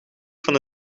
van